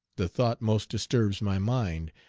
the thought most disturbs my mind,